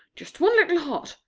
just one little heart,